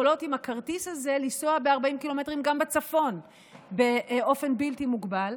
יכולות עם הכרטיס הזה לנסוע ב-40 ק"מ גם בצפון באופן בלתי מוגבל,